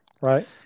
Right